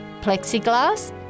plexiglass